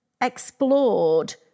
explored